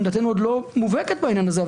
עמדתנו עדיין לא מובהקת בעניין הזה,